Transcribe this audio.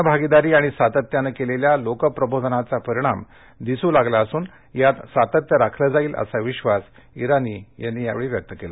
जनभागीदारी आणि सातत्यानं कल्ल्या लोकप्रबोधनाचा परिणाम दिसू लागला असून यात सातत्य राखलं जाईल असा विश्वास इराणी यांनी या वळी व्यक्त कला